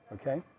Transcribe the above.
Okay